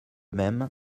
même